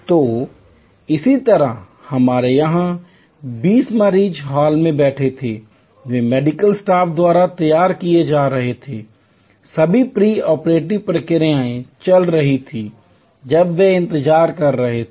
तो इसी तरह हमारे यहां 20 मरीज हॉल में बैठे थे वे मेडिकल स्टाफ द्वारा तैयार किए जा रहे थे सभी प्री ऑपरेटिव प्रक्रियाएं चल रही थीं जब वे इंतजार कर रहे थे